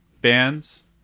bands